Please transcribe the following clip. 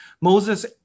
Moses